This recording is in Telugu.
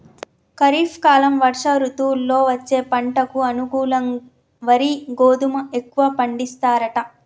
ఖరీఫ్ కాలం వర్ష ఋతువుల్లో వచ్చే పంటకు అనుకూలం వరి గోధుమ ఎక్కువ పండిస్తారట